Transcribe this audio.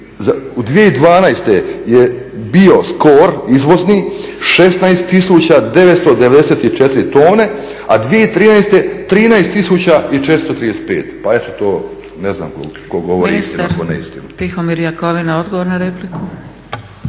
2012. je bio skor izvozni 16 994 tone, a 2013. 13 435. Pa eto to ne znam tko govori istinu, a tko neistinu.